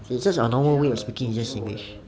it's just your normal way of speaking just singlish